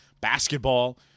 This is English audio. basketball